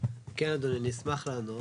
כן אדוני, אני אשמח לענות.